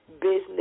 business